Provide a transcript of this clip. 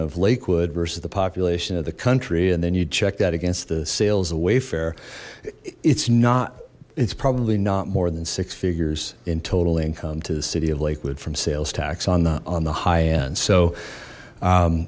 of lakewood versus the population of the country and then you'd check that against the sails away fare it's not it's probably not more than six figures in total income to the city of lakewood from sales tax on the on the high end so